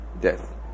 death